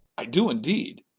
i do, indeed.